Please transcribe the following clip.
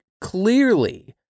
clearly